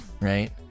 right